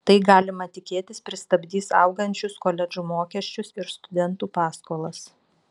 tai galima tikėtis pristabdys augančius koledžų mokesčius ir studentų paskolas